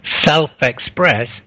self-express